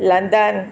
London